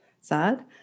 sad